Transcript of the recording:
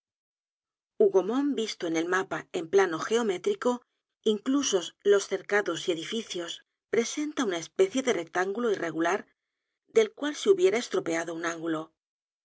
ejército hougomont visto en el mapa en plano geométrico inclusos los cercados y edificios presenta una especie de rectángulo irregular del cual se hubiera estropeado un ángulo